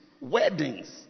Weddings